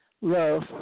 love